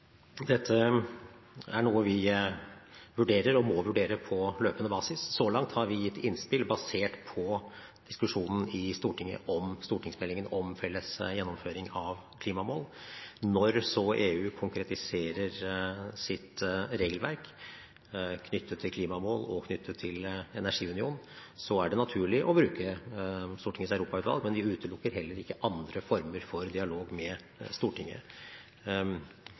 Dette er noe vi vurderer og må vurdere på løpende basis. Så langt har vi gitt innspill basert på diskusjonen i Stortinget om stortingsmeldingen om felles gjennomføring av klimamål. Når så EU konkretiserer sitt regelverk knyttet til klimamål og knyttet til energiunion, er det naturlig å bruke Stortingets europautvalg, men vi utelukker heller ikke andre former for dialog med Stortinget